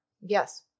Yes